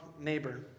neighbor